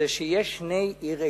זה שיש שתי עיר אילת.